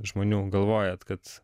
žmonių galvojat kad